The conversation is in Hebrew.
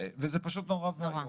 וזה פשוט נורא ואיום.